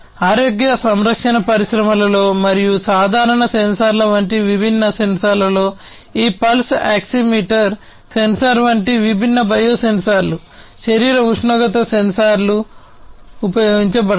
ఆరోగ్య సంరక్షణ పరిశ్రమలో మరియు సాధారణ సెన్సార్ల వంటి విభిన్న సెన్సార్లలో ఈ పల్స్ ఆక్సిమీటర్ సెన్సార్ వంటి విభిన్న బయోసెన్సర్లు శరీర ఉష్ణోగ్రత సెన్సార్లు ఉపయోగించబడతాయి